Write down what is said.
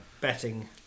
betting